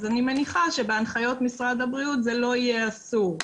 אני מניחה שבהנחיות משרד הבריאות זה לא יהיה אסור,